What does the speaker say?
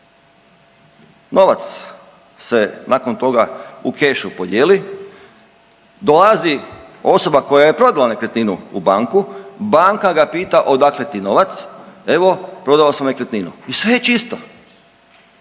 Novac se nakon toga u kešu podijeli, dolazi osoba koja je prodala nekretninu u banku, banka ga pita odakle ti novac, evo, prodao sam nekretninu. I sve je čisto.